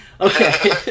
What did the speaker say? Okay